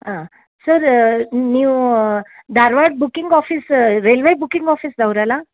ಹಾಂ ಸರ್ ನೀವು Dharwad booking office railway booking ಆಫೀಸ್ದವ್ರಲ್ಲ